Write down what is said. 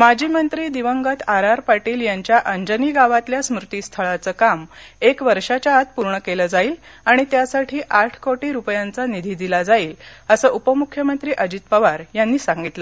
माजी मंत्री दिवंगत आर आर पाटील यांच्या अंजनी गावातल्या स्मृती स्थळाचं काम एक वर्षाच्या आत पूर्ण केलं जाईल आणि त्यासाठी आठ कोटी रुपयांचा निधी दिला जाईल असं उपमुख्यमंत्री अजित पवार यांनी सांगितलं